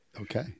Okay